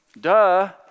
duh